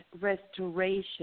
restoration